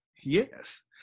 yes